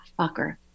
fucker